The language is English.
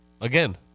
Again